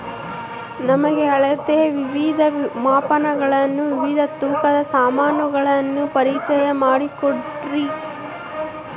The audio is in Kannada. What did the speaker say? ನಮಗೆ ಅಳತೆಯ ವಿವಿಧ ಮಾಪನಗಳನ್ನು ವಿವಿಧ ತೂಕದ ಸಾಮಾನುಗಳನ್ನು ಪರಿಚಯ ಮಾಡಿಕೊಡ್ರಿ?